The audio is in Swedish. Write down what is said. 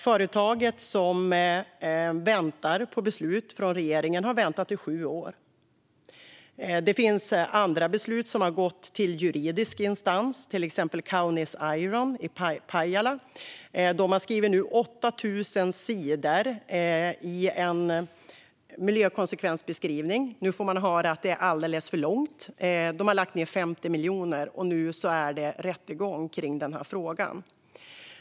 Företaget som väntar på beslut från regeringen har väntat i sju år. Det finns andra beslut som har gått till juridisk instans, till exempel Kaunis Iron i Pajala. De har skrivit 8 000 sidor i en miljökonsekvensbeskrivning, och nu får de höra att det är alldeles för långt. De har lagt ned 50 miljoner, och nu är det rättegång i frågan.